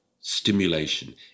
stimulation